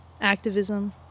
activism